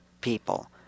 people